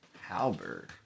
Halberd